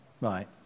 right